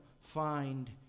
find